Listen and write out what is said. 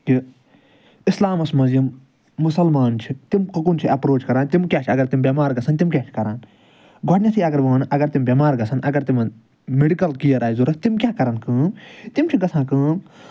کہ اِسلامَس مَنٛز یِم مُسَلمان چھِ تِم کُکُن چھِ ایٚپروچ کَران تِم کیاہ چھِ اگر تِم بیٚمار گَژھَن تِم کیاہ چھِ کران گۄڈنیٚتھے اگر بہٕ وَنہٕ اگر تِم بیٚمار گَژھَن اگر تمن میٚڈکل کیر آسہِ ضوٚرتھ تِم کیاہ کَرَن کٲم تِم چھِ گَژھان کٲم